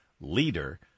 leader